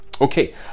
okay